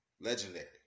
Legendary